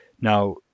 Now